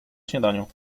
śniadaniu